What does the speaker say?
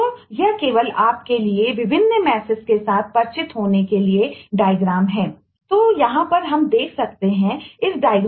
तो यह केवल आपके लिए विभिन्न मैसेज होगा